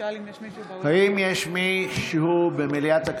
האם יש מישהו במליאת הכנסת,